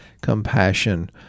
compassion